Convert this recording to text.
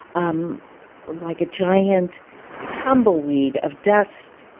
um like, a giant tumbleweed of dust,